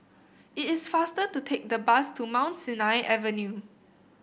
it is faster to take the bus to Mount Sinai Avenue